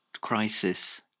crisis